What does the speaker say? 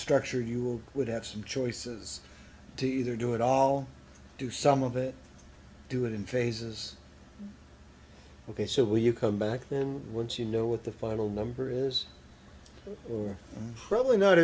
structured you would have some choices to either do it all do some of it do it in phases ok so will you come back then once you know what the final number is or probably not